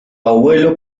abuelo